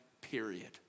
period